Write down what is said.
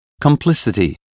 complicity